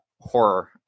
horror